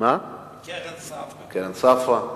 קרן ספרא.